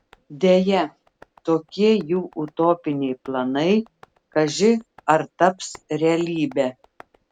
deja tokie jų utopiniai planai kaži ar taps realybe